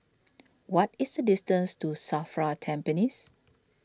what is the distance to Safra Tampines